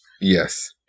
Yes